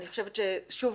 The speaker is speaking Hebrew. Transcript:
שוב,